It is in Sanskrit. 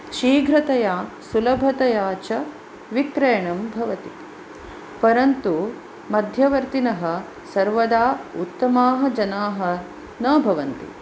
शिघ्रतया सुलभतया च विक्रयणं भवति परन्तु मध्यवर्तिनः सर्वदा उत्तमाः जनाः न भवन्ति